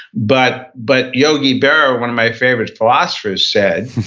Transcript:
but but yogi berra, one of my favorite philosophers, said,